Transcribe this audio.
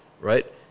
right